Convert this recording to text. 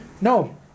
no